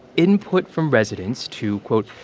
input from residents to, quote,